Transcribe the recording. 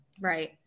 Right